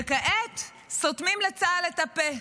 וכעת סותמים לצה"ל את הפה.